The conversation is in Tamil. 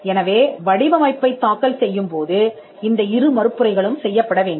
எனவே வடிவமைப்பைத் தாக்கல் செய்யும்போது இந்த இரு மறுப்புரைகளும் செய்யப்பட வேண்டும்